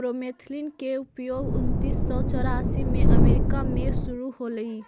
bromethalin के उपयोग उन्नीस सौ चौरासी में अमेरिका में शुरु होलई